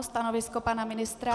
Stanovisko pana ministra?